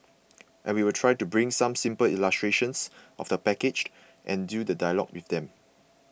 and we will try to bring some simple illustrations of the package and do the dialogue with them